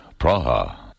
Praha